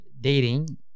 dating